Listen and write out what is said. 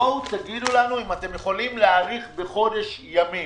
תגידו לנו אם אתם יכולים להאריך בחודש ימים.